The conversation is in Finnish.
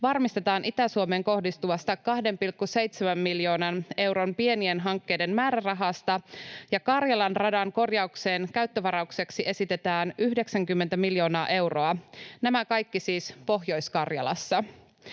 varmistetaan Itä-Suomeen kohdistuvasta 2,7 miljoonan euron pienien hankkeiden määrärahasta ja Karjalan radan korjaukseen käyttövaraukseksi esitetään 90 miljoonaa euroa. Nämä kaikki siis Pohjois-Karjalassa.